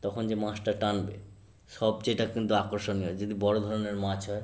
তখন যে মাছটা টানবে সবচেয়ে এটা কিন্তু আকর্ষণীয় যদি বড় ধরনের মাছ হয়